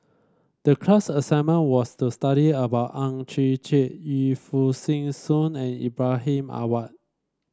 the class assignment was to study about Ang Chwee Chai Yu Foo Yee Shoon and Ibrahim Awang